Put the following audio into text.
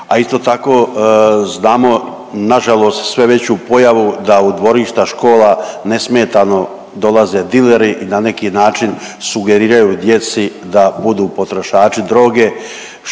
A isto tako znamo na žalost sve veću pojavu da u dvorišta škola nesmetano dolaze dileri i na neki način sugeriraju djeci da budu potrošači droge